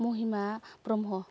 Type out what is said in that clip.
Mahima Brahma